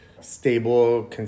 stable